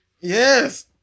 Yes